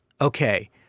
okay